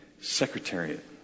Secretariat